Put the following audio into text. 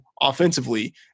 offensively